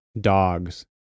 dogs